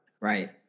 Right